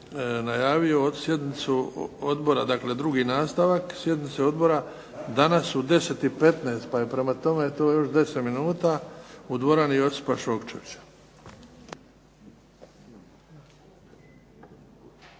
najavio sjednice, drugi nastavak sjednice Odbora danas u 10 i 15 pa je prema tome to još 10 minuta u dvorani Josipa Šokčevića.